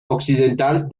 occidental